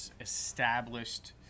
established